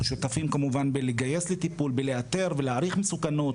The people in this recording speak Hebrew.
אנחנו כמובן שותפים בלגייס לטיפול בלאתר ולהעריך מסוכנות.